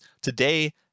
today